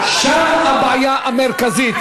שם הבעיה המרכזית.